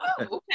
okay